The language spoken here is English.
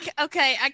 Okay